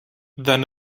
than